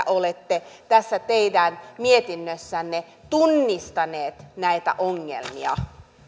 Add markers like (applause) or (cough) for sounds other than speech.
(unintelligible) olette tässä teidän mietinnössänne tunnistaneet näitä ongelmia